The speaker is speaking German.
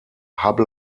hubble